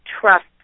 trust